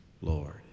Lord